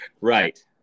Right